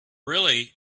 really